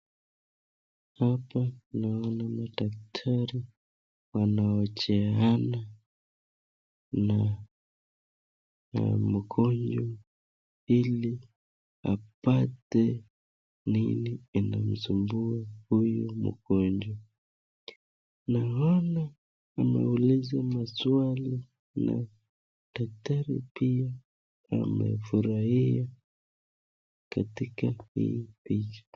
Hapa naona madakitari wanaojeana na mgonjwa ili apate nini inamsumbua huyu mgonjwa naona kuumulizwa maswali na dakitari pia amefurahia katika hii picha.